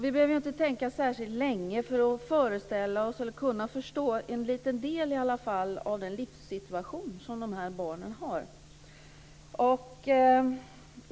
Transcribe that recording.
Vi behöver ju inte tänka särskilt länge för att föreställa oss och förstå i alla fall en liten del av den livssituation som de här barnen befinner sig i.